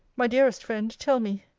my dearest friend, tell me,